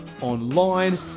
online